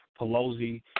Pelosi